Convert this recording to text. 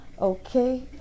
Okay